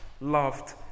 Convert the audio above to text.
loved